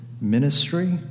ministry